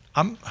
i'm